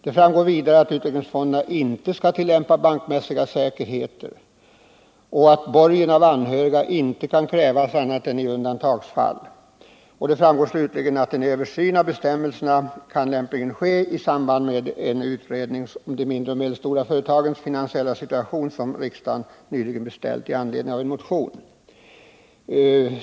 Det framgår också att utvecklingsfonderna inte skall tillämpa bankmässiga säkerhetskrav och att borgen av anhöriga inte kan krävas annat än i undantagsfall. Det framgår slutligen att en översyn av bestämmelserna lämpligen kan ske i samband med den utredning om de mindre och medelstora företagens finansiella situation som riksdagen nyligen beställt i anledning av en motion.